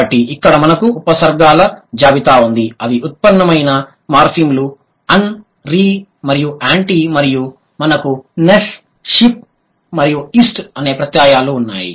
కాబట్టి ఇక్కడ మనకి ఉపసర్గల జాబితా ఉంది అవి ఉత్పన్నమైన మార్ఫిమ్లు అన్ రీ మరియు యాంటీ మరియు మనకు నెస్ షిప్ మరియు ఇస్ట్ అనే ప్రత్యయాలు ఉన్నాయి